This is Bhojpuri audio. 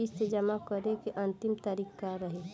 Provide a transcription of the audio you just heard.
किस्त जमा करे के अंतिम तारीख का रही?